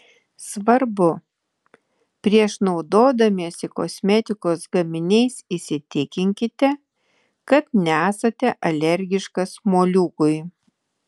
svarbu prieš naudodamiesi kosmetikos gaminiais įsitikinkite kad nesate alergiškas moliūgui